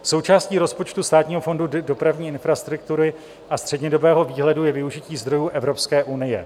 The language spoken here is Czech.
Součástí rozpočtu Státního fondu dopravní infrastruktury a střednědobého výhledu je využití zdrojů Evropské unie.